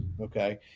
Okay